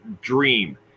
dream